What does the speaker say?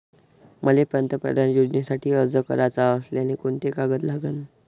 मले पंतप्रधान योजनेसाठी अर्ज कराचा असल्याने कोंते कागद लागन?